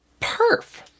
Perf